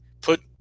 Put